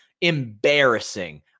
Embarrassing